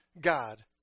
God